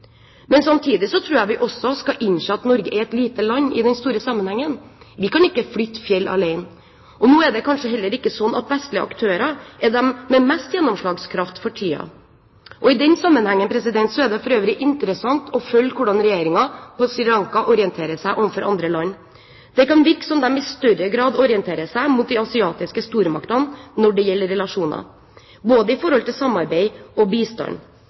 Men samtidig tror jeg vi også skal innse at Norge er et lite land i den store sammenhengen. Vi kan ikke flytte fjell alene. Nå er det kanskje heller ikke sånn at vestlige aktører er de med mest gjennomslagskraft for tiden, og i den sammenhengen er det for øvrig interessant å følge hvordan regjeringen på Sri Lanka orienterer seg overfor andre land. Det kan virke som de i større grad orienterer seg mot de asiatiske stormaktene når det gjelder relasjoner, både i forhold til samarbeid og bistand.